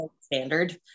standard